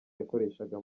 yakoreshaga